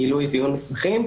גילוי ועיון מסמכים.